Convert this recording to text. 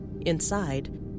Inside